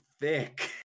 thick